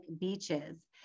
beaches